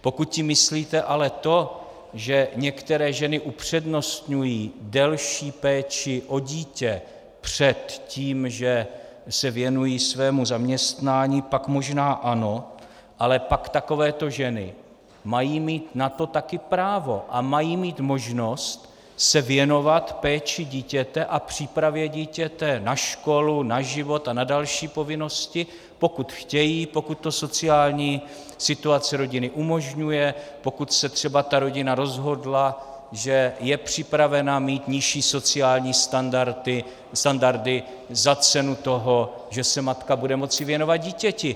Pokud tím myslíte ale to, že některé ženy upřednostňují delší péči o dítě před tím, že se věnují svému zaměstnání, pak možná ano, ale pak takovéto ženy mají na to také mít právo a mají mít možnost se věnovat péči o dítě a přípravě dítěte na školu, na život a na další povinnosti, pokud chtějí, pokud to sociální situace rodiny umožňuje, pokud se třeba ta rodina rozhodla, že je připravena mít nižší sociální standardy za cenu toho, že se matka bude moci věnovat dítěti.